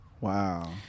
Wow